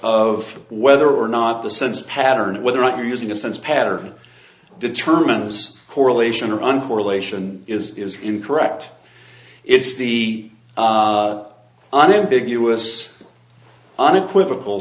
of whether or not the sense pattern whether or not you're using a sense pattern determines correlation or unfair relation is incorrect it's the unambiguous unequivocal